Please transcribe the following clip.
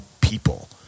people